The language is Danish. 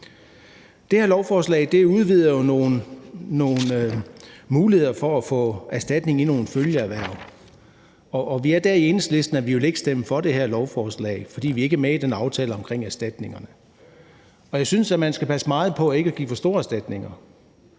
Det her lovforslag udvider jo mulighederne for at få erstatning for nogle følgeerhverv. Vi er dér i Enhedslisten, at vi ikke vil stemme for det her lovforslag, fordi vi ikke er med i aftalen om erstatningerne. Jeg synes, at man skal passe meget på med at give for store erstatninger.